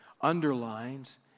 underlines